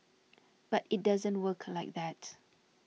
but it doesn't work like that